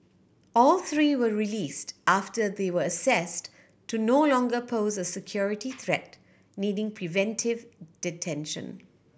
all three were released after they were assessed to no longer pose a security threat needing preventive detention